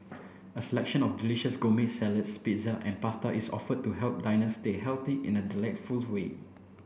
a selection of delicious gourmet salads pizza and pasta is offered to help diners stay healthy in a delightful way